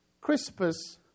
Crispus